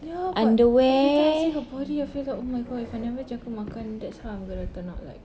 ya but everytime I see her body I feel like oh my god if I never jaga makan that's how I'm going to turn out like